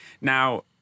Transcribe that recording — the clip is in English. Now